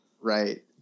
Right